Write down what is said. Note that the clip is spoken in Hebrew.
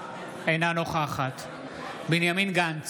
אינה נוכחת בנימין גנץ,